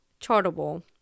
chartable